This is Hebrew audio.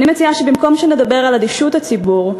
אני מציעה שבמקום שנדבר על אדישות הציבור,